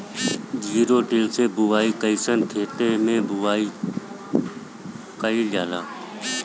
Zero till से बुआई कयिसन खेते मै बुआई कयिल जाला?